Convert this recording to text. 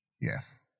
yes